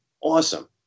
awesome